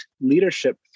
leadership